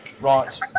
Right